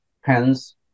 hence